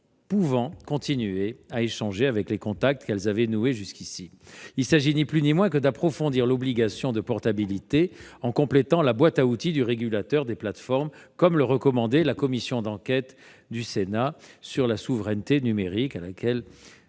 tout en continuant à échanger avec les contacts qu'elles avaient noués jusqu'alors. Il s'agit ni plus ni moins d'approfondir l'obligation de portabilité en complétant la boîte à outils du régulateur des plateformes, conformément d'ailleurs aux recommandations de la commission d'enquête du Sénat sur la souveraineté numérique, dont